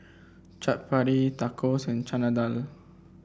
Chaat Papri Tacos and Chana Dal